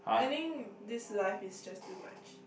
ending this life is just too much